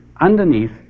underneath